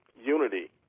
unity